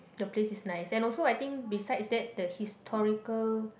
the place is nice and also I think besides that the historical